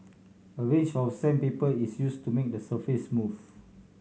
a range of sandpaper is used to make the surface smooth